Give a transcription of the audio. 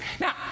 Now